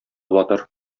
батыр